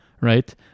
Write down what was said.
right